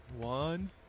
One